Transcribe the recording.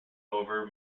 over